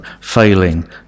failing